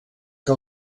que